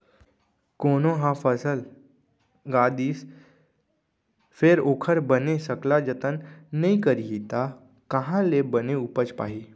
कोनो ह फसल गा दिस फेर ओखर बने सकला जतन नइ करही त काँहा ले बने उपज पाही